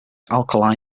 alkali